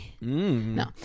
No